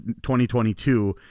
2022